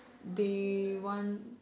they want